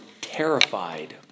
terrified